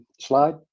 slide